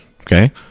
Okay